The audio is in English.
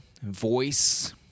voice